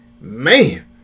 man